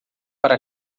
para